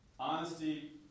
Honesty